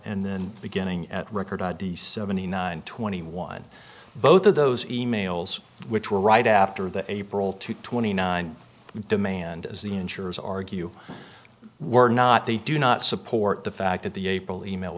and then beginning at record the seventy nine twenty one both of those e mails which were right after the april two twenty nine demand as the insurers argue were not they do not support the fact that the april email